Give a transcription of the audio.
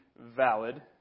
valid